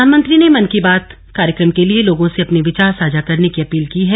प्रधानमंत्री ने मन की बात कार्यक्रम के लिए लोगों से अपने विचार साझा करने की अपील की है